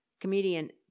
Comedian